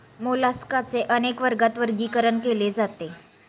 मोलास्काचे अनेक वर्गात वर्गीकरण केले जाते